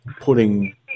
putting